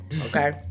Okay